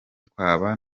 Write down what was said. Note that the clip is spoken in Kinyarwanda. twaba